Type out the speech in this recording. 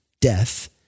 death